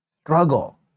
struggle